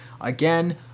again